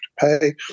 pay